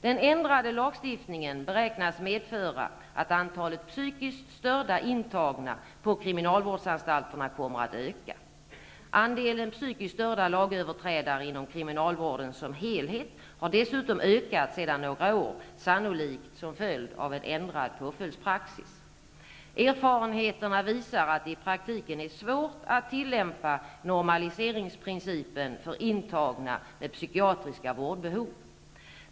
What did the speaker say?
Den ändrade lagstiftningen beräknas medföra att antalet psykiskt störda intagna på kriminalvårdsanstalterna kommer att öka. Andelen psykiskt störda lagöverträdare inom kriminalvården som helhet har dessutom ökat sedan några år tillbaka, sannolikt som en följd av en ändrad påföljdspraxis. Erfarenheterna visar att det i praktiken är svårt att tillämpa normaliseringsprincipen för intagna med psykiatriska vårdbehov.